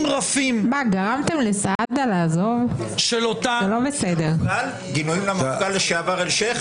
רפים של אותה --- גינויים למפכ"ל לשעבר אלשייך?